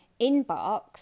inbox